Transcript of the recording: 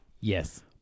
Yes